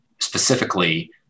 Specifically